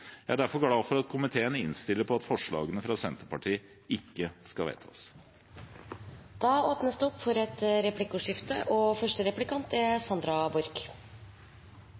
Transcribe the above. Jeg er derfor glad for at komiteen innstiller på at forslagene fra Senterpartiet ikke skal vedtas. Det blir replikkordskifte.